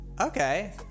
Okay